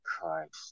Christ